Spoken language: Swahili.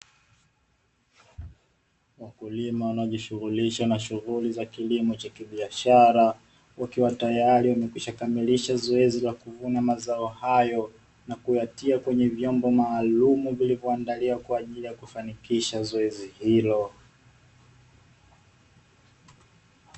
Wakulima wanaojishughulisha shughuli za kilimo cha biashara, wakiwa tayari wamekwisha kamilisha zoezi la kuvuna mazao hayo, na kuyatia kwenye vyombo maalum ambavyo vilivyoandaliwa kwa ajili ya kufanikisha zoezi hilo.